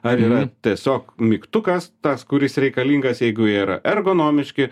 ar yra tiesiog mygtukas tas kuris reikalingas jeigu jie yra ergonomiški